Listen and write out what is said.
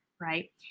right